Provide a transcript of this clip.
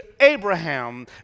Abraham